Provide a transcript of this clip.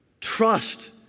Trust